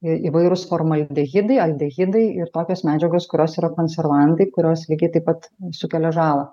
i įvairūs formaldehidai aldehidai ir tokios medžiagos kurios yra konservantai kurios lygiai taip pat sukelia žalą